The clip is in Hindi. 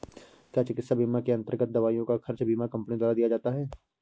क्या चिकित्सा बीमा के अन्तर्गत दवाइयों का खर्च बीमा कंपनियों द्वारा दिया जाता है?